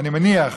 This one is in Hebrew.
אני מניח,